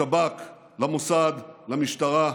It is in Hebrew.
לשב"כ, למוסד, למשטרה,